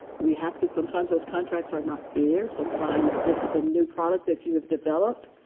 we have to sometimes those contracts are not clear. sometimes this is a new product that you have developed,